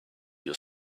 your